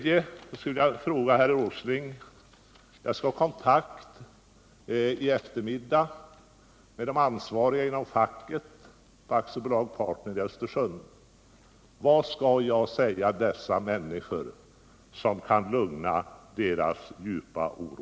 Jag skall i eftermiddag ha kontakt med de ansvariga inom facket på AB Partner i Östersund, och jag skulle därför vilja fråga herr Åsling: Vad skall jag säga till dessa människor för att lugna deras djupa oro?